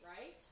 right